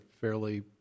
fairly